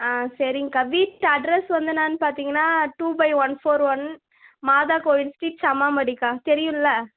ஆ சரிங்கக்கா வீட் அட்ரஸ் வந்து என்னான்னு பார்த்திங்கன்னா two by one four one மாதா கோயில் ஸ்ட்ரீட் செம்மாம்பாடிக்கா தெரியும்லை